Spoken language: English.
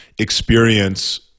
experience